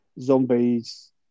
zombies